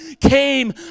came